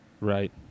Right